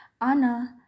Anna